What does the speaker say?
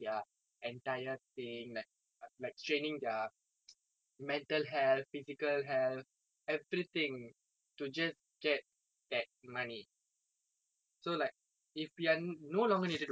mental health physical health everything to just get that money so like if we are no longer needed to work ah I tell you my dad is going to go